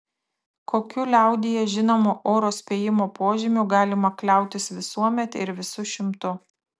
kokiu liaudyje žinomu oro spėjimo požymiu galima kliautis visuomet ir visu šimtu